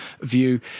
view